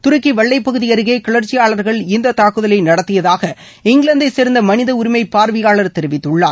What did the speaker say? துருக்கி வெள்ளைப்பகுதி அருகே கிளர்ச்சியாளர்கள் இந்த தாக்குதலை நடத்தியதாக இங்கிவாந்தைச் சேர்ந்த மனித உரிமை பார்வையாளர் தெரிவித்துள்ளார்